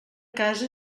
casa